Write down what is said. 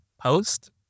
post